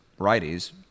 righties